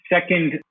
second